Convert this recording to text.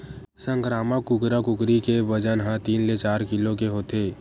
संकरामक कुकरा कुकरी के बजन ह तीन ले चार किलो के होथे